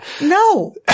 No